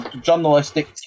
journalistic